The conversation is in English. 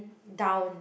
down